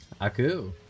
Aku